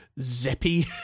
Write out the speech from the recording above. zippy